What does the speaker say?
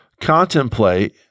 Contemplate